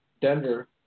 Denver